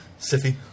Siffy